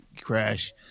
crash